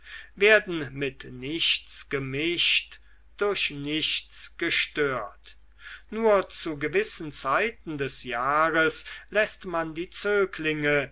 werden mit nichts gemischt durch nichts gestört nur zu gewissen zeiten des jahrs läßt man die zöglinge